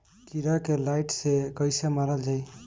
कीड़ा के लाइट से कैसे मारल जाई?